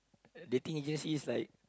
they think it just is like